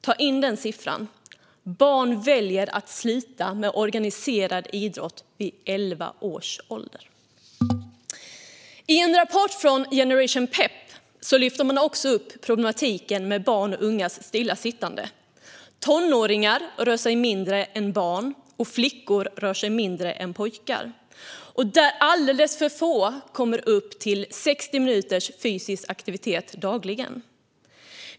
Ta in den siffran: Barn väljer att sluta med organiserad idrott vid elva års ålder! I en rapport från Generation Pep lyfter man också upp problematiken kring barns och ungas stillasittande. Tonåringar rör sig mindre än barn, och flickor rör sig mindre än pojkar. Alldeles för få kommer upp i 60 minuters fysisk aktivitet dagligen.